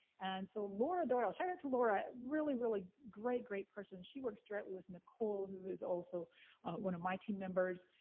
and so laura doyle. shout out to laura, really, really great, great person. she works directly with nicole, who is also one of my team members,